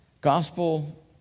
Gospel